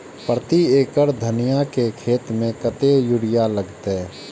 प्रति एकड़ धनिया के खेत में कतेक यूरिया लगते?